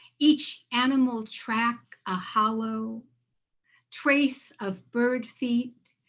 each animal track a hollow trace of bird feet,